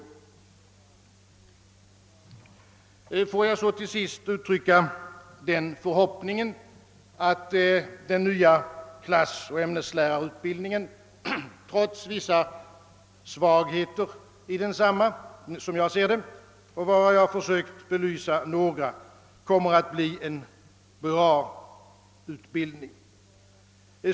Får jag till sist uttrycka den förhoppningen, att den nya klassoch ämneslärarutbildningen, trots vissa svagheter i densamma, såsom jag ser det och varav jag försökt belysa några, kommer att bli en god utbildning.